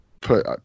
put